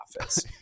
office